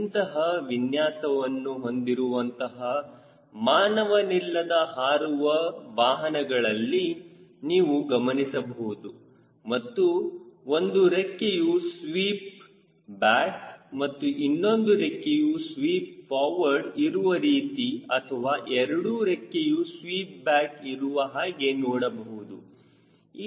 ಇಂತಹ ವಿನ್ಯಾಸವನ್ನು ಹೊಂದಿರುವಂತಹ ಮಾನವನಿಲ್ಲದ ಹಾರುವ ವಾಹನಗಳಲ್ಲಿ ನೀವು ಗಮನಿಸಬಹುದು ಮತ್ತು ಒಂದು ರೆಕ್ಕೆಯು ಸ್ವೀಪ್ ಬ್ಯಾಕ್ ಮತ್ತು ಇನ್ನೊಂದು ರೆಕ್ಕೆಯು ಸ್ವೀಪ್ ಫಾರ್ವರ್ಡ್ ಇರುವ ರೀತಿ ಅಥವಾ ಎರಡು ರೆಕ್ಕೆಯು ಸ್ವೀಪ್ ಬ್ಯಾಕ್ ಇರುವ ಹಾಗೆ ನೋಡಬಹುದು